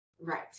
Right